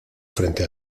frente